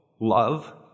love